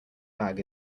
bag